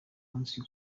munsi